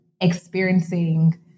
experiencing